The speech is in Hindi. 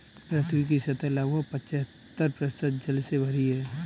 पृथ्वी की सतह लगभग पचहत्तर प्रतिशत जल से भरी है